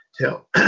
tell